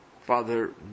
Father